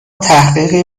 تحقیقی